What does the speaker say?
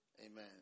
Amen